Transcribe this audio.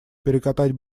перекатать